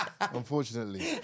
Unfortunately